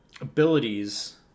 abilities